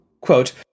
Quote